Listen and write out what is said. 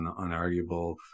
unarguable